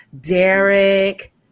Derek